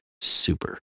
Super